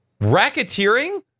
Racketeering